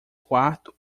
quarto